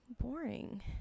boring